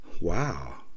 wow